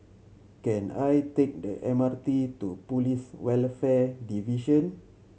can I take the M R T to Police Welfare Division